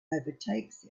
overtakes